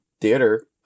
theater